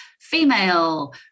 female